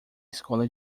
escola